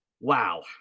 wow